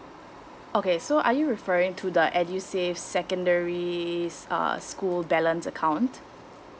okay so are you referring to the edusave secondary uh school balance account